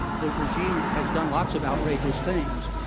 the regime has done lots of outrageous things.